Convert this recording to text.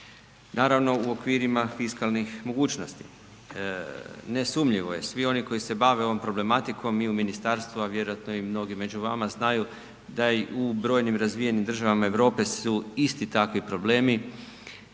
naravno, u okvirima fiskalnih mogućnosti. Nesumnjivo je, svi oni koji se bave ovom problematikom, i mi u ministarstvu a vjerojatno i mnogi među vama, znaju da i u brojnim razvijenim državama Europe su isti takvi problemi